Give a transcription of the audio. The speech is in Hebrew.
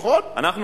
נכון, נכון.